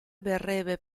verrebbe